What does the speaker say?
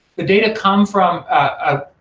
the data come from a